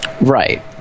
Right